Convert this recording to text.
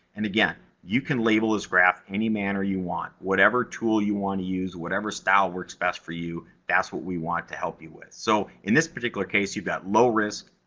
and again, you can label this graph any manner you want. whatever tool you want to use. whatever style works best for you. that's what we want to help you with. so, in this particular case, you've got low risk,